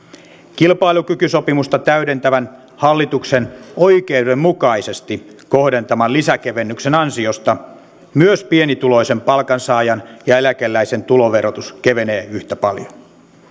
kilpailukykysopimusta täydentävän hallituksen oikeudenmukaisesti kohdentaman lisäkevennyksen ansiosta myös pienituloisen palkansaajan ja eläkeläisen tuloverotus kevenee yhtä paljon